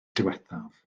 diwethaf